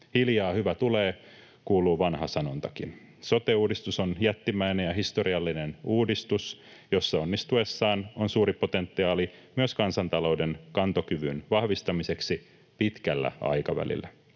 Hiljaa hyvä tulee, kuuluu vanha sanontakin. Sote-uudistus on jättimäinen ja historiallinen uudistus, jossa onnistuessaan on suuri potentiaali myös kansantalouden kantokyvyn vahvistamiseksi pitkällä aikavälillä.